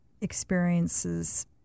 experiences